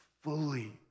fully